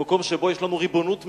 במקום שבו יש לנו ריבונות מלאה,